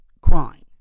crime